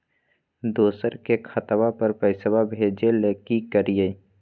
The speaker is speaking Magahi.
दोसर के खतवा पर पैसवा भेजे ले कि करिए?